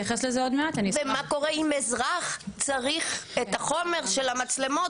ומה קורה אם אזרח צריך את החומר של המצלמות